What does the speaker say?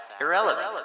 irrelevant